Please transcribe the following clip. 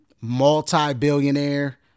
Multi-billionaire